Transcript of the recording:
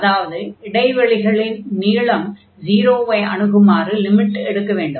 அதாவது இடைவெளிகளின் நீளம் 0 ஐ அணுகுமாறு லிமிட் எடுக்க வேண்டும்